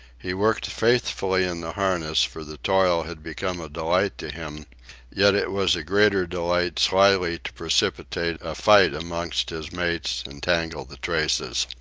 he worked faithfully in the harness, for the toil had become a delight to him yet it was a greater delight slyly to precipitate a fight amongst his mates and tangle the traces.